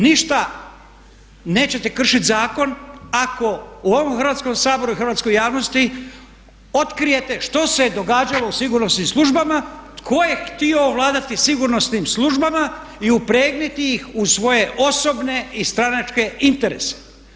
Ništa, nećete kršit zakon ako u ovom Hrvatskom saboru i hrvatskoj javnosti otkrijete što se događalo u sigurnosnim službama, tko je htio vladati sigurnosnim službama i u pregnuti ih u svoje osobne i stranačke interese?